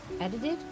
edited